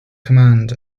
command